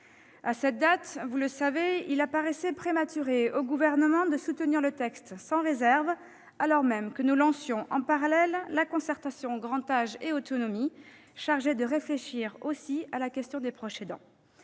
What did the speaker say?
À cette date, vous le savez, il apparaissait prématuré au Gouvernement de soutenir le texte sans réserve, alors même que nous lancions en parallèle la concertation « Grand âge et autonomie », chargée de réfléchir aussi à la question des proches aidants.